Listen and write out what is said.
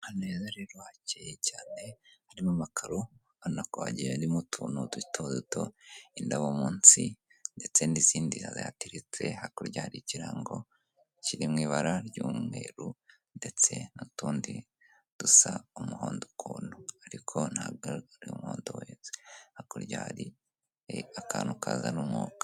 Hano rero hakeye cyane harimo amakaro ubonakogiyerimo utuntu duto duto indabo munsi, ndetse n'izindi zihateretse hakurya hari ikirago kiriw ibara ry'umweru ndetse n'utundi dusa umuhondo ukuntu ariko ntago ari umuhondo wese hakurya hari akantu kazana umwuka.